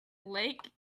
lake